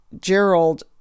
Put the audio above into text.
Gerald